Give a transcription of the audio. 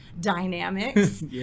dynamics